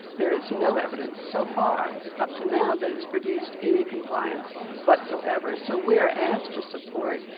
there is no evidence so far up to now that it has produced any compliance whatsoever. so, we are asked to support,